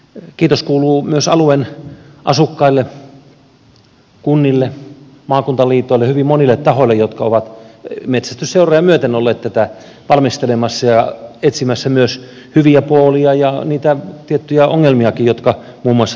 kiitos kuuluu myös alueen asukkaille kunnille maakuntaliitoille hyvin monille tahoille jotka ovat metsästysseuroja myöten olleet tätä valmistelemassa ja etsimässä hyviä puolia ja niitä tiettyjä ongelmiakin jotka muun muassa tuohon metsästykseen liittyvät